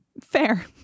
fair